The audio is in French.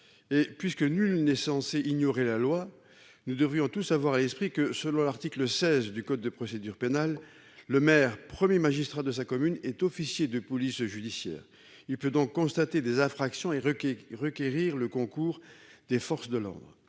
et puisque nul n'est censé ignorer la loi, nous devrions tous avoir à l'esprit que selon l'article 16 du code de procédure pénale, le maire 1er magistrat de sa commune est officier de police judiciaire, il peut donc constater des infractions et requis requérir le concours des forces de l'ordre